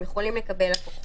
הם יכולים לקבל לקוחות.